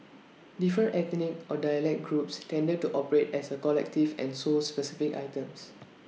different ethnic or dialect groups tended to operate as A collective and sold specific items